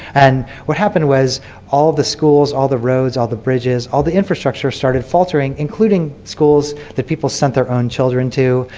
and what happened was all the schools, all the roads, all the bridges, all the infrastructure started faltering, including schools people sent their own children to.